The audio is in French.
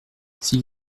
s’il